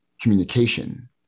communication